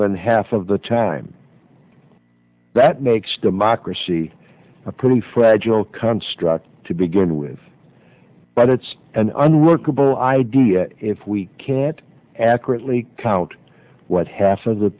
than half of the time that makes democracy a pretty fragile construct to begin with but it's an unremarkable idea if we can't accurately count what half of the